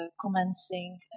commencing